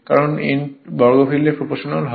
কারণ এটি n বর্গফিল্ডের প্রপ্রোশনাল হয়